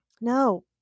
No